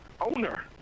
owner